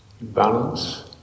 balance